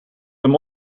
hem